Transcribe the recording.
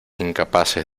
incapaces